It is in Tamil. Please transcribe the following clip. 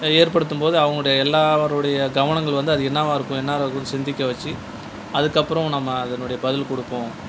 ஏற்படுத்தும் போது அவங்களுடைய எல்லாருடைய கவனங்கள் வந்து அது என்னவா இருக்கும் என்னவா இருக்கும்னு சிந்திக்க வச்சு அதுக்கப்புறம் நம்ம அதனுடைய பதில் கொடுப்போம்